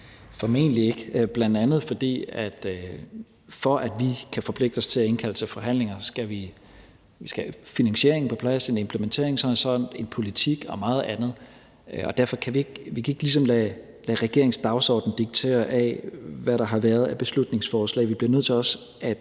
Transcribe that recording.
Formentlig ikke, og det er bl.a. fordi, at for at vi kan forpligte os til at indkalde til forhandlinger, skal vi have finansieringen på plads, en implementeringshorisont, en politik og meget andet, og derfor kan vi ikke ligesom lade regeringens dagsorden diktere af, hvad der har været af beslutningsforslag. Vi bliver nødt til at